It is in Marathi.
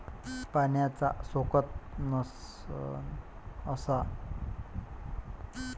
पाण्याचा सोकत नसन अशा काळ्या जमिनीत पावसाळ्यात कोनचं पीक घ्याले पायजे?